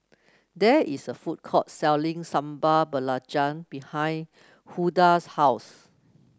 there is a food court selling Sambal Belacan behind Hulda's house